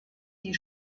die